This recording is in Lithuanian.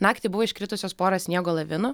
naktį buvo iškritusios pora sniego lavinų